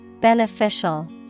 Beneficial